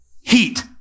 heat